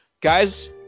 Guys